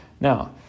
Now